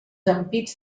ampits